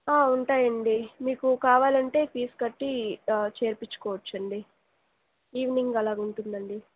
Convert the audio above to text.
ఉంటాయండి మీకు కావాలంటే ఫీజ్ కట్టి చేర్పించుకోవచ్చండి ఈవ్నింగ్ అలాగుంటుందండి